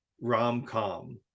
rom-com